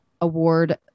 award